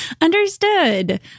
Understood